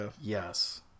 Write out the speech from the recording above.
yes